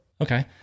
Okay